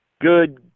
good